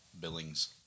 Billings